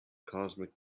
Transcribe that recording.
cosmic